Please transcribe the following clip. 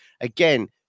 Again